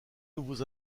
nouveaux